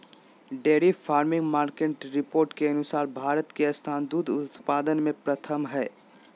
dairy farming market report के अनुसार भारत के स्थान दूध उत्पादन में प्रथम हय